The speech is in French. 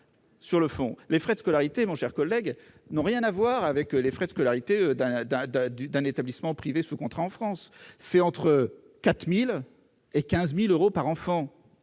Sur le fond, les frais de scolarité dont je parle n'ont rien à voir avec les frais de scolarité d'un établissement privé sous contrat en France. On évalue ces frais entre 4 000 et 15 000 euros par enfant.